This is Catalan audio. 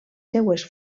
seues